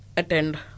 attend